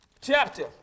chapter